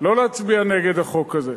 לא להצביע נגד החוק הזה.